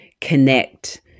connect